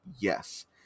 yes